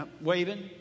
waving